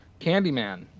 Candyman